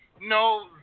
no